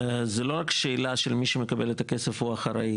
זה לא רק שאלה של מי שמקבל את הכסף או אחרי,